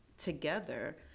together